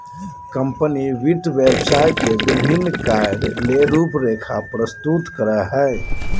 company वित्त व्यवसाय के विभिन्न कार्य ले रूपरेखा प्रस्तुत करय हइ